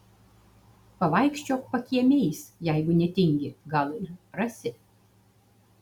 pavaikščiok pakiemiais jeigu netingi gal ir rasi